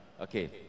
Okay